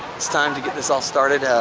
it's time to get this all started.